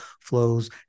flows